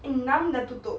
eh enam dah tutup